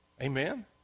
Amen